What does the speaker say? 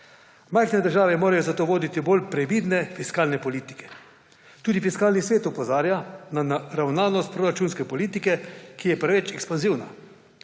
Majhne države morajo zato voditi bolj previdne fiskalne politike. Tudi Fiskalni svet opozarja na naravnanost proračunske politike, ki je preveč ekspanzivna.